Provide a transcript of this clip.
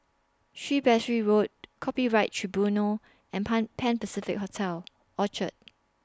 Shrewsbury Road Copyright Tribunal and Pan Pan Pacific Hotel Orchard